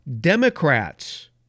Democrats